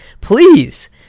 please –